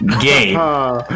game